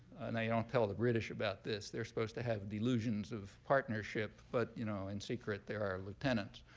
now, you don't tell the british about this. they're supposed to have delusions of partnership. but you know in secret, they're our lieutenants.